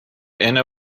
inner